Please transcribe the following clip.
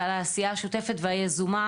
על העשייה השוטפת והיזומה